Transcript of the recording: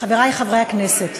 חברי חברי הכנסת,